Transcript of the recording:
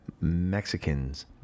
Mexicans